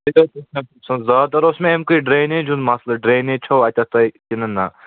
زیادٕ تر اوس مےٚ اَمہِ کُے ڈرٛیٚنیج ہُنٛد مَسلہٕ ڈرٛنیٚیج چھَو اَتٮ۪تھ تۄہہِ کِنہٕ نہَ